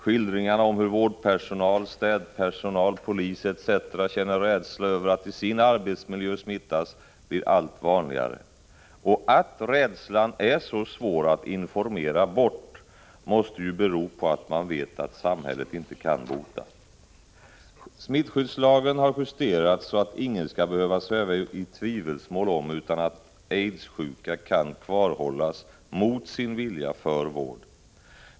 Skildringarna om hur vårdpersonal, städpersonal, polis m.fl. känner rädsla över att i sina arbetsmiljöer smittas blir allt vanligare. Att rädslan är så svår att informera bort måste bero på att man vet att samhället inte kan bota. Smittskyddslagen har justerats så att ingen skall behöva sväva i tvivelsmål om att aidssjuka kan kvarhållas mot sin vilja för vård.